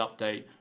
Update